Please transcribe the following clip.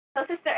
Sister